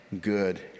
good